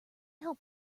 help